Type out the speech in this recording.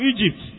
Egypt